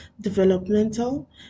developmental